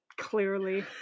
Clearly